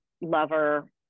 lover